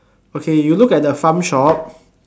okay you look at the farm shop